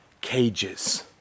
cages